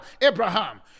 Abraham